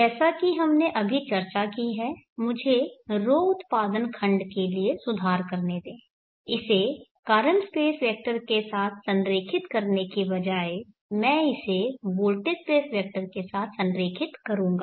जैसा कि हमने अभी चर्चा की है मुझे ρ उत्पादन खंड के लिए सुधार करने दें इसे करंट स्पेस वेक्टर के साथ संरेखित करने के बजाय मैं इसे वोल्टेज स्पेस वेक्टर के साथ संरेखित करूंगा